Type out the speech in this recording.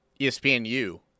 espnu